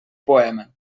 poema